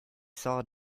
saw